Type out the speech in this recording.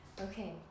Okay